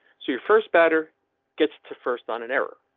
so your first batter gets to first on an error,